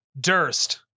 Durst